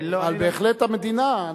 אדוני היושב-ראש,